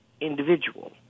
individual